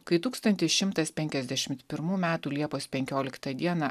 kai tūkstantis šimtas penkiasdešimt pirmų metų liepos penkioliktą dieną